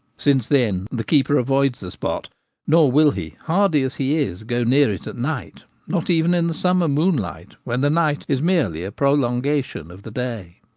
since then the keeper avoids the spot nor will he, hardy as he is, go near it at night not even in the summer moonlight, when the night is merely a prolongation of the day.